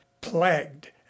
plagued